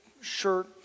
shirt